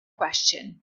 question